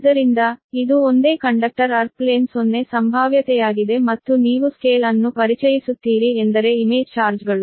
ಆದ್ದರಿಂದ ಇದು ಒಂದೇ ಕಂಡಕ್ಟರ್ ಅರ್ಥ್ ನ ಪ್ಲೇನ್ 0 ಸಂಭಾವ್ಯತೆಯಾಗಿದೆ ಮತ್ತು ನೀವು ಸ್ಕೇಲ್ ಅನ್ನು ಪರಿಚಯಿಸುತ್ತೀರಿ ಎಂದರೆ ಇಮೇಜ್ ಚಾರ್ಜ್ ಗಳು